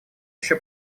еще